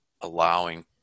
allowing